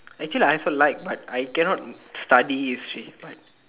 actually I also like but I cannot study you see but